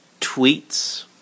tweets